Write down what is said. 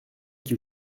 que